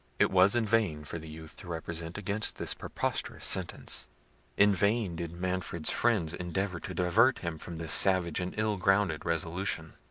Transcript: it was in vain for the youth to represent against this preposterous sentence in vain did manfred's friends endeavour to divert him from this savage and ill-grounded resolution.